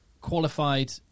qualified